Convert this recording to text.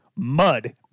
Mud